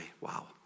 wow